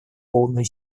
полную